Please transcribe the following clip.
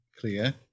clear